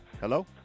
Hello